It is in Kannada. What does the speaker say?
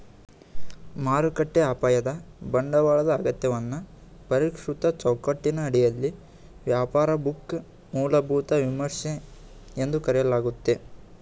ಮಾರುಕಟ್ಟೆ ಅಪಾಯದ ಬಂಡವಾಳದ ಅಗತ್ಯವನ್ನ ಪರಿಷ್ಕೃತ ಚೌಕಟ್ಟಿನ ಅಡಿಯಲ್ಲಿ ವ್ಯಾಪಾರ ಬುಕ್ ಮೂಲಭೂತ ವಿಮರ್ಶೆ ಎಂದು ಕರೆಯಲಾಗುತ್ತೆ